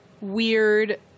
weird